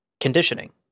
conditioning